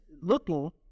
looking